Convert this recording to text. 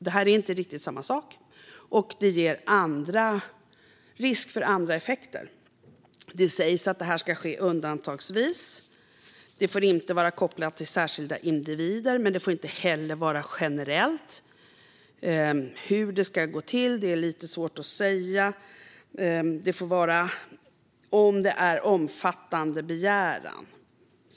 Det är inte riktigt samma sak, och det ger risk för andra effekter. Det sägs att det ska ske undantagsvis. Det får inte vara kopplat till särskilda individer, men det får heller inte vara generellt. Hur detta ska gå till är lite svårt att säga. Det får ske om det är en omfattande begäran.